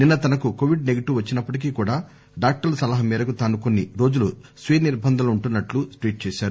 నిన్స తనకు Covid negative వచ్చినప్పటికీ కూడా డాక్టర్లు సలహా మేరకు తాను కొన్ని రోజులు స్వీయ నిర్బంధంలో వుంటున్నట్లు ట్వీట్ చేశారు